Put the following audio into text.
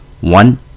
one